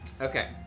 Okay